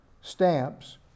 stamps